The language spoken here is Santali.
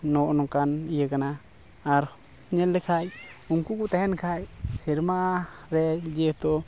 ᱱᱚᱜᱼᱚ ᱱᱚᱝᱠᱟᱱ ᱤᱭᱟᱹ ᱠᱟᱱᱟ ᱟᱨ ᱧᱮᱞ ᱞᱮᱠᱷᱟᱱ ᱩᱱᱠᱩ ᱠᱚ ᱛᱟᱦᱮᱱ ᱠᱷᱟᱱ ᱥᱮᱨᱢᱟ ᱨᱮ ᱡᱮᱦᱮᱛᱩ